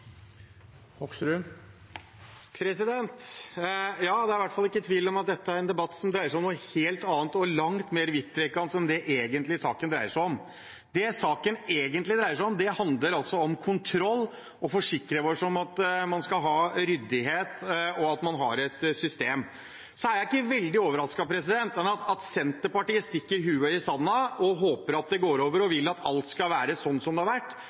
en debatt som dreier seg om noe helt annet og langt mer vidtrekkende enn det saken egentlig dreier seg om. Det saken egentlig dreier seg om, er kontroll og at vi skal forsikre oss om at man skal ha ryddighet og et system. Jeg er ikke veldig overrasket over at Senterpartiet stikker hodet i sanden, håper at det går over, og vil at alt skal være sånn som det har vært,